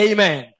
Amen